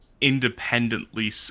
independently